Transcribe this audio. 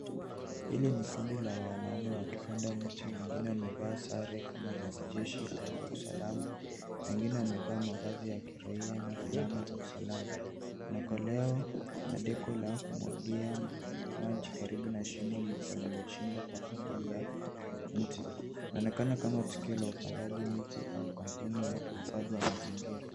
Hili ni kundi la wanaume wakipanda mti wengine wamevaa sare kama za kijeshi au za usalama, wengine wamevaa mavazi ya kiraia na fulana za usalama, kuna koleo na decor(cs) la kumwagia maji karibu na shimo lililochimbwa kwa ajili ya mti. Inaonekana kama tukio la upandaji miti au kampeni ya uhifadhi wa mazingira.